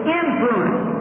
influence